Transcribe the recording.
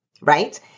right